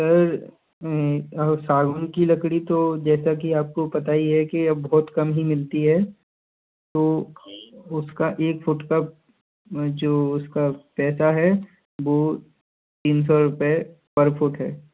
sir सागवान की लकड़ी तो जैसा कि आपको पता ही है कि बहुत कम ही मिलती है तो उसका एक फुट का जो उसका पैसा है वो तीन सौ रुपये पर फुट है